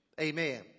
Amen